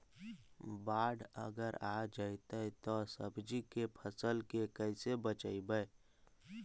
बाढ़ अगर आ जैतै त सब्जी के फ़सल के कैसे बचइबै?